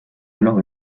alors